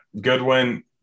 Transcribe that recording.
Goodwin